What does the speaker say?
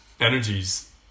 energies